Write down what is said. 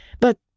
But